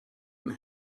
and